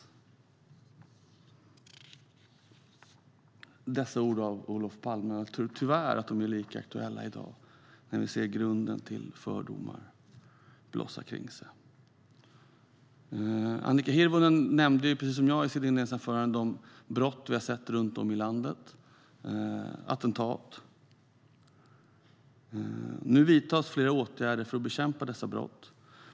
Jag tror att dessa ord av Olof Palme tyvärr är lika aktuella i dag, när vi ser grunden till fördomar blossa upp omkring oss. Annika Hirvonen Falk nämnde liksom jag de brott, de attentat, vi har sett runt om i landet. Nu vidtas flera åtgärder för att bekämpa dessa brott.